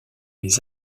les